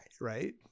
right